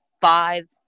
five